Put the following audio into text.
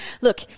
Look